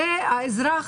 הרי האזרח,